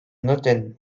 notenn